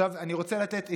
אני רוצה לתת עצה,